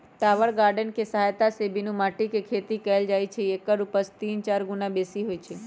tower garden कें सहायत से बीनु माटीके खेती कएल जाइ छइ एकर उपज तीन चार गुन्ना बेशी होइ छइ